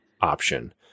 option